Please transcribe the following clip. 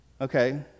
Okay